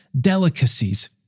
delicacies